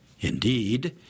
Indeed